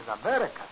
America